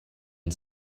and